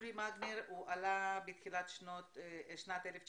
עלה בתחילת 1990